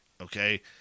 Okay